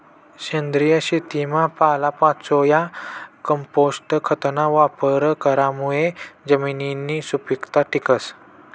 सेंद्रिय शेतीमा पालापाचोया, कंपोस्ट खतना वापर करामुये जमिननी सुपीकता टिकस